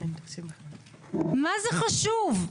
מה זה חשוב?